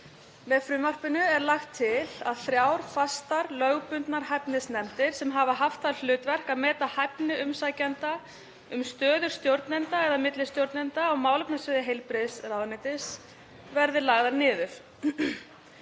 Með frumvarpinu er lagt til að þrjár fastar, lögbundnar hæfnisnefndir sem hafa haft það hlutverk að meta hæfni umsækjenda um stöður stjórnenda eða millistjórnenda á málefnasviði heilbrigðisráðuneytis verði lagðar niður.